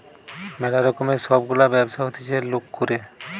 ম্যালা রকমের সব গুলা ব্যবসা হতিছে লোক করে